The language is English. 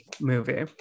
movie